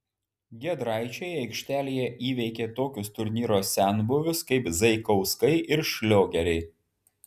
giedraičiai aikštelėje įveikė tokius turnyro senbuvius kaip zaikauskai ir šliogeriai